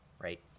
right